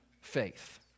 faith